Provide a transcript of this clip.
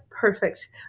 perfect